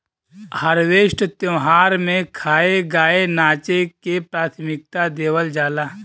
harvest त्यौहार में खाए, गाए नाचे के प्राथमिकता देवल जाला